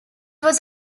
was